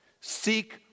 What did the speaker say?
seek